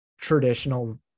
traditional